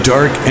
Dark